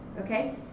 Okay